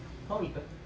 how